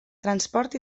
transport